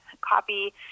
copy